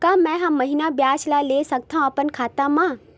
का मैं हर महीना ब्याज ला ले सकथव अपन खाता मा?